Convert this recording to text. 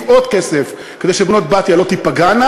עוד כסף כדי ש"בנות בתיה" לא ייפגעו,